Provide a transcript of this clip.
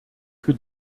für